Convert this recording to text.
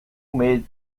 made